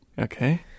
Okay